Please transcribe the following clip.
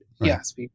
Yes